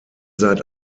seit